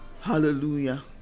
hallelujah